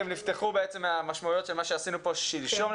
הן נפתחו מהמשמעויות של מה שעשינו פה שלשום.